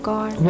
God